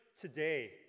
today